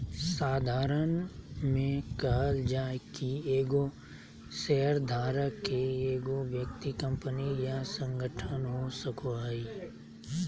साधारण में कहल जाय कि एगो शेयरधारक के एगो व्यक्ति कंपनी या संगठन हो सको हइ